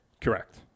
Correct